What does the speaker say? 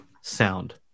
sound